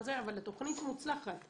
אבל התוכנית מוצלחת,